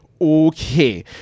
okay